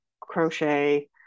crochet